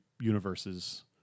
universes